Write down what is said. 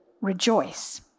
rejoice